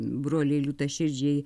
broliai liūtaširdžiai